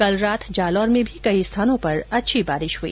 कल रात जालौर में भी कई स्थानों पर अच्छी बारिश हुई